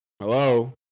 Hello